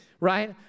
right